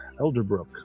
Elderbrook